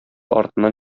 артыннан